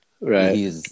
Right